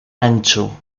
ancho